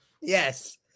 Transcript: Yes